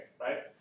right